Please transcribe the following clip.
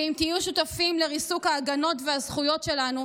ואם תהיו שותפים לריסוק ההגנות והזכויות שלנו,